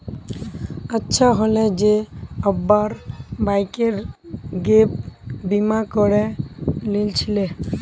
अच्छा हले जे अब्बार बाइकेर गैप बीमा करे लिल छिले